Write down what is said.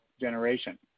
generation